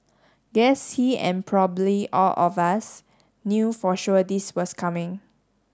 guess he and probably all of us knew for sure this was coming